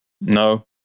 No